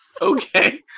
Okay